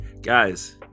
Guys